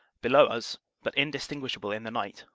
below us but indistinguishable in the night.